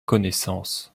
connaissance